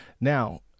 now